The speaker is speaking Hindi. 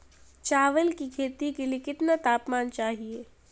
चावल की खेती के लिए कितना तापमान चाहिए?